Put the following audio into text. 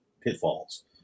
pitfalls